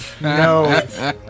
No